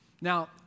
Now